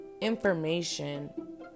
information